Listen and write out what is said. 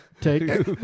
take